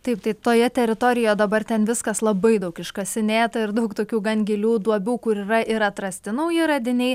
taip tai toje teritorijo dabar ten viskas labai daug iškasinėta ir daug tokių gan gilių duobių kur yra ir atrasti nauji radiniai